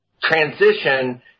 transition